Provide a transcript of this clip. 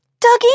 Dougie